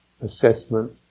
assessment